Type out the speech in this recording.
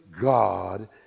God